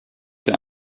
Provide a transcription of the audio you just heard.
der